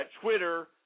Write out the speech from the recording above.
Twitter